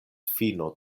fino